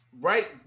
right